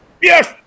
Yes